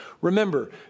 Remember